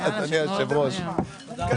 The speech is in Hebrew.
אתה,